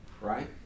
right